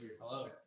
Hello